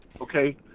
Okay